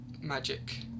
magic